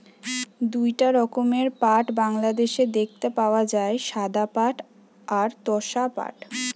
দুইটা রকমের পাট বাংলাদেশে দেখতে পাওয়া যায়, সাদা পাট আর তোষা পাট